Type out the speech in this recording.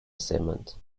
cement